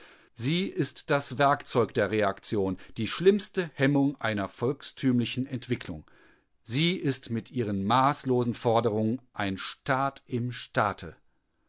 sie ist das werkzeug der reaktion die schlimmste hemmung einer volkstümlichen entwicklung sie ist mit ihren maßlosen forderungen ein staat im staate